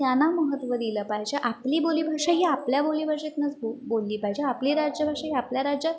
त्यांना महत्त्व दिलं पाहिजे आपली बोली भाषा ही आपल्या बोलीभाषेतनंच बोल बोलली पाहिजे आपली राज्यभाषा ही आपल्या राज्यात